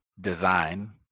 design